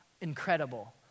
incredible